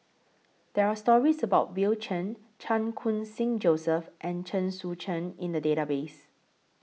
There Are stories about Bill Chen Chan Khun Sing Joseph and Chen Sucheng in The Database